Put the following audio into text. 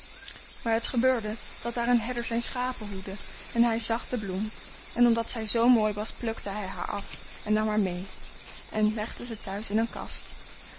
maar het gebeurde dat daar een herder zijn schapen hoedde en hij zag de bloem en omdat zij zoo mooi was plukte hij haar af en nam haar meê en legde ze thuis in een kast